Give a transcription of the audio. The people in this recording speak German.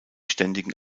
ständigen